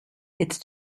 it’s